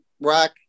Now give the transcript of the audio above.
Rock